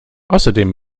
außerdem